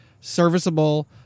serviceable